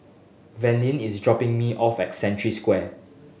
Verlyn is dropping me off at Century Square